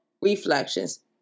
Reflections